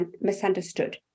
misunderstood